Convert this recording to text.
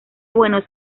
buenos